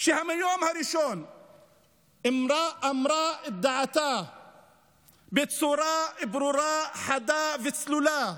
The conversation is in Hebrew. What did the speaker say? שמהיום הראשון אמרה דעתה בצורה ברורה, חדה וצלולה,